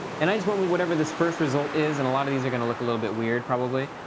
and i just went wit whatever this first result is, and a lot of these are going to look a little bit weird probably.